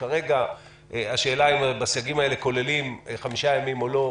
וכרגע השאלה אם הסייגים האלה כוללים חמישה ימים או לא,